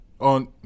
On